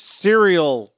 cereal